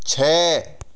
छः